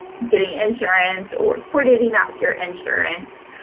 getting insurance, or coordinating that with your insurance.